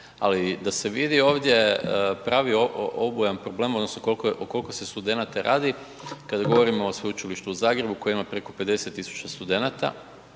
ali da se vidi ovdje pravi obujam problema odnosno o koliko se studenata radi kada govorimo o sveučilištu u Zagrebu koje ima preko 50.000 studenata